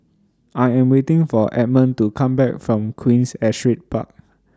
I Am waiting For Edmund to Come Back from Queen Astrid Park